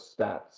stats